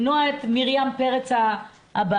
למנוע את מרים פרץ הבאה,